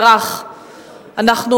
רק אומר שעל-פי סיכום שנערך,